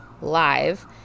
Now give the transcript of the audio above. Live